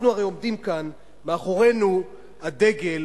הרי אנחנו עומדים כאן ומאחורינו הדגל